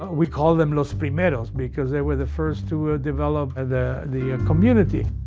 we call them los primeros because they were the first to ah develop ah the the community.